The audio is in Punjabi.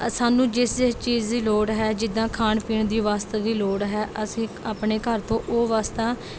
ਸਾਨੂੰ ਜਿਸ ਜਿਸ ਚੀਜ਼ ਦੀ ਲੋੜ ਹੈ ਜਿੱਦਾਂ ਖਾਣ ਪੀਣ ਦੀ ਵਸਤੂ ਦੀ ਲੋੜ ਹੈ ਅਸੀਂ ਆਪਣੇ ਘਰ ਤੋਂ ਉਹ ਵਸਤਾਂ